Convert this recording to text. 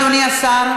אדוני השר?